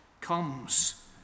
comes